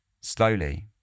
Slowly